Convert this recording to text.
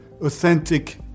authentic